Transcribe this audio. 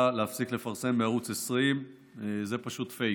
להפסיק לפרסם בערוץ 20. זה פשוט פייק.